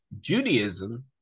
judaism